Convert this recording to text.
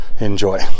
enjoy